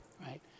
right